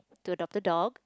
to adopt a dog